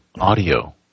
audio